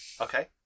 Okay